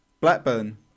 Blackburn